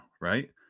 Right